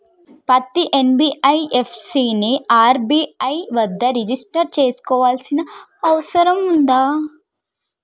పత్తి ఎన్.బి.ఎఫ్.సి ని ఆర్.బి.ఐ వద్ద రిజిష్టర్ చేసుకోవాల్సిన అవసరం ఉందా?